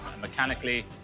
mechanically